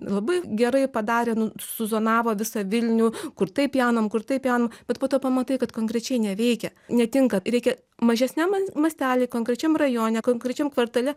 labai gerai padarė nu suzonavo visą vilnių kur taip pjaunam kur taip pjaunam bet po to pamatai kad konkrečiai neveikia netinka reikia mažesniam mastely konkrečiam rajone konkrečiam kvartale